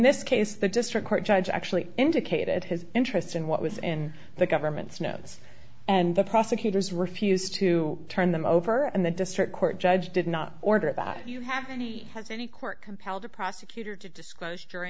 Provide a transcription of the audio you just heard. this case the district court judge actually indicated his interest in what was in the government's notice and the prosecutor's refused to turn them over and the district court judge did not order about you have any has any court compelled a prosecutor to disclos